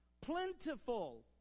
Plentiful